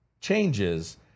changes